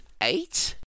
eight